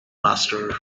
master